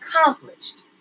accomplished